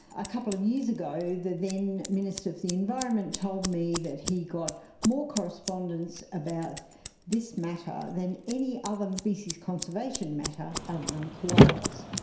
a couple of years ago the then minister of the environment told me that he got more correspondence about this matter than any other species conservation matter other than koalas,